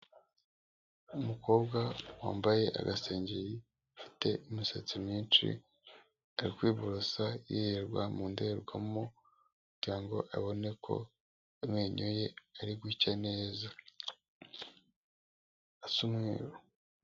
Umukobwa wambaye agasengeri, afite imisatsi myinshi, ari kwiborosa yireba mu ndorerwamo, kugira ngo abone ko amenyo ye ari gucya neza, asa umweruru.